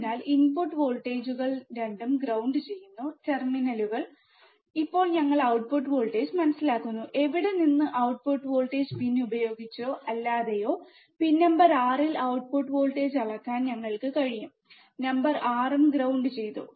അതിനാൽ ഇൻപുട്ട് വോൾട്ടേജുകൾ രണ്ടും ഗ്രൌണ്ട് ചെയ്യുന്നു ടെർമിനലുകൾ ശരിയാണ് ഇപ്പോൾ ഞങ്ങൾ ഔട്ട്പുട്ട് വോൾട്ടേജ് മനസ്സിലാക്കുന്നു എവിടെ നിന്ന് ഔട്ട്പുട്ട് വോൾട്ടേജ് പിൻ ഉപയോഗിച്ചോ അല്ലാതെയോ പിൻ നമ്പർ 6 ൽ ഔട്ട്പുട്ട് വോൾട്ടേജ് അളക്കാൻ ഞങ്ങൾക്ക് കഴിയും നമ്പർ 6 ഉം ഗ്രൌണ്ട് ചെയ്തു